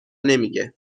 نمیگه